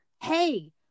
hey